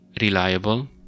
reliable